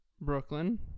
Brooklyn